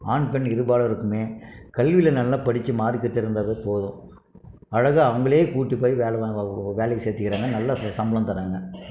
ஆண் பெண் இருபாலருக்கும் கல்வியில் நல்லா படித்து மார்க் எடுத்துருந்தாலே போதும் அழகாக அவங்களே கூப்பிட்டு போய் வேலை வேலைக்கு சேர்த்துக்கிறாங்க நல்ல சம்பளம் தராங்க